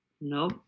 No